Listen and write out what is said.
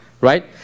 right